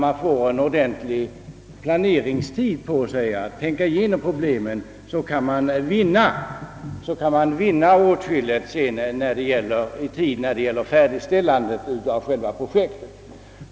Med ett ordentligt tilltaget utrymme för planering brukar man kunna vinna åtskilligt i tid när det gäller att genomföra ett projekt.